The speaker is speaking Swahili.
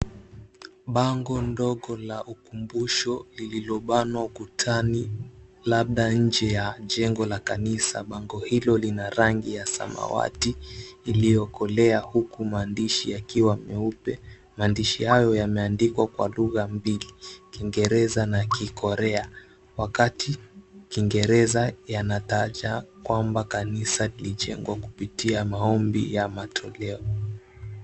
Bango ndogo la ukumbusho lililobanwa ukutani; labda nje ya jengo la kanisa. Bango hilo lina rangi ya samawati iliyokolea huku maandishi yakiwa meupe. Maandishi hayo yameandikwa kwa lugha mbili ; kiingereza na kikorea wakati kiingereza yanataja kwamba kanisa lilijengwa kupitia maombi ya matoleo.